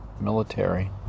military